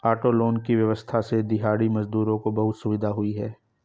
auto loan की व्यवस्था से दिहाड़ी मजदूरों को बहुत सुविधा हुई है